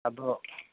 ᱟᱫᱚ